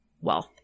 wealth